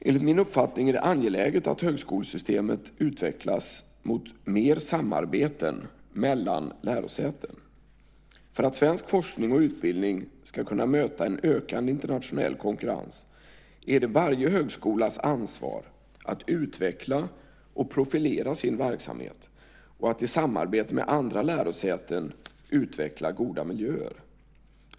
Enligt min uppfattning är det angeläget att högskolesystemet utvecklas mot mer samarbeten mellan lärosäten. För att svensk forskning och utbildning ska kunna möta en ökande internationell konkurrens är det varje högskolas ansvar att utveckla och profilera sin verksamhet och att i samarbete med andra lärosäten utveckla goda miljöer.